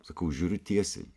sakau žiūriu tiesiai